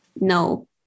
No